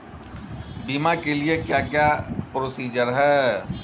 बीमा के लिए क्या क्या प्रोसीजर है?